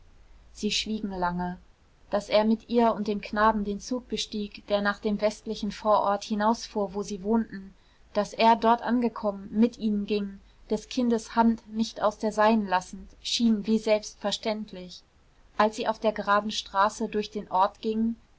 sie schwiegen lange daß er mit ihr und dem knaben den zug bestieg der nach dem westlichen vorort hinausfuhr wo sie wohnten daß er dort angekommen mit ihnen ging des kindes hand nicht aus der seinen lassend schien wie selbstverständlich als sie auf der geraden straße durch den ort gingen